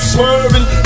Swerving